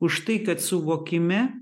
už tai kad suvokime